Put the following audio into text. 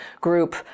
group